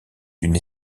d’une